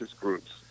groups